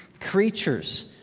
creatures